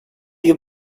you